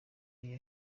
yari